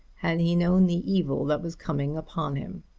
had he known the evil that was coming upon him!